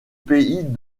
pays